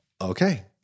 okay